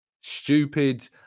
stupid